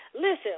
Listen